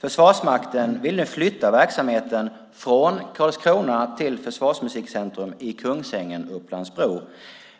Försvarsmakten vill nu flytta verksamheten från Karlskrona till Försvarsmusikcentrum i Kungsängen, Upplands-Bro,